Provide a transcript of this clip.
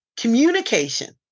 communication